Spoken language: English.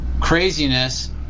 craziness